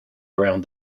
around